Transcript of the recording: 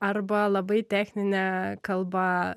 arba labai technine kalba